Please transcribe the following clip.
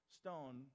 stone